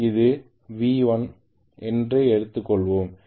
இது V1 என்றுஎடுத்துக்கொள்வோம்